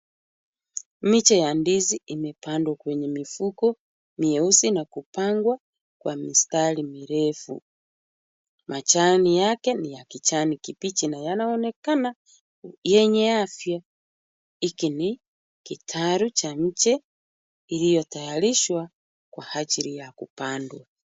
Miche ya ndizi imepandwa kwenye mifuko nyeusi na kupangwa kwa mistari mirefu. Majani yake ni ya kijani kibichi na yanaonekana yenye afya, hiki ni kitaru cha nche iliyotayarishwa kwa ajili ya kupandwa.